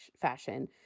fashion